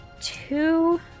two